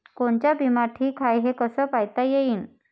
कोनचा बिमा ठीक हाय, हे कस पायता येईन?